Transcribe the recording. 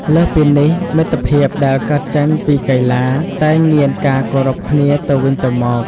លើសពីនេះ មិត្តភាពដែលកើតចេញពីកីឡាតែងមានការគោរពគ្នាទៅវិញទៅមក។